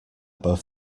both